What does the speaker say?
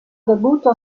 debutto